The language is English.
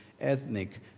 ethnic